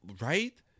right